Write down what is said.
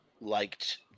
liked